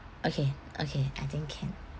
okay okay I think can